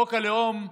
חוק הלאום,